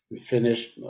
finish